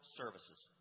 services